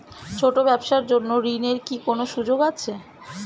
ছোট ব্যবসার জন্য ঋণ এর কি কোন সুযোগ আছে?